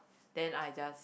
then I just